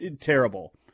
terrible